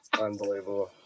Unbelievable